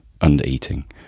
undereating